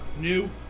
new